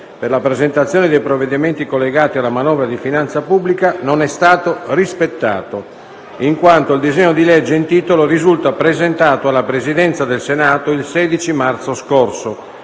per la presentazione dei provvedimenti collegati alla manovra di finanza pubblica, non è stato rispettato, in quanto il disegno di legge in titolo risulta presentato alla Presidenza del Senato il 16 marzo scorso,